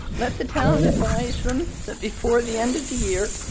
let the town advise them that before the end of the year,